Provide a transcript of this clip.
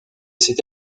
cet